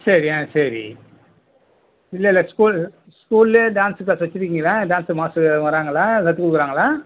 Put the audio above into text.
சரி ம் சரி இல்லை இல்லை ஸ்கூல் ஸ்கூல்ல டான்ஸ் கற்று வச்சுருக்கீங்களா டான்ஸ் மாஸ்ட்ரு வராங்களா கற்று கொடுக்குறாங்களா